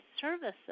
services